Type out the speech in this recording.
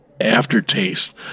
aftertaste